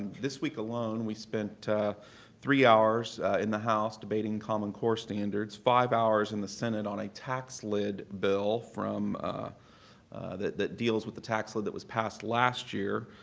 this week alone, we spent three hours in the house debating common core standards five hours in the senate on a tax lid bill from that that deals with the tax lid that was passed last year.